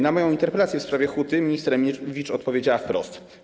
Na moją interpelację w sprawie huty minister Emilewicz odpowiedziała wprost: